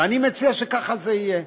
ואני מציע שככה זה יהיה.